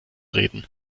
reden